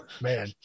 man